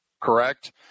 correct